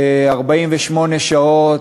ב-48 שעות,